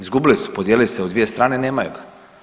Izgubili su, podijelili se u dvije strane i nemaju ga.